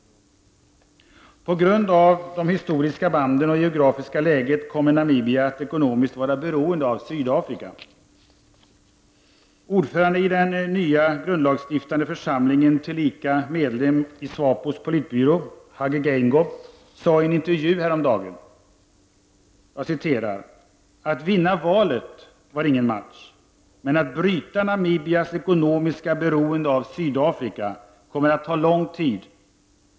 På grund av de historiska banden och det geografiska läget kommer Namibia att ekonomiskt vara beroende av Sydafrika. Ordföranden i den nya grundlagsstiftande församlingen, tillika medlem i SWAPOS politbyrå, Hage Genigob sade i en intervju häromdagen: ”Att vinna valet var ingen match, men att bryta Namibias ekonomiska beroende av Sydafrika kommer att ta lång tid.